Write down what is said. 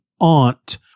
aunt